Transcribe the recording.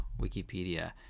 Wikipedia